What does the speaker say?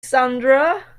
sandra